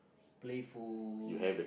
playful